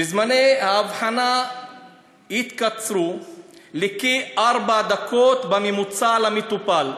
וזמני האבחנה התקצרו לכארבע דקות בממוצע למטופל.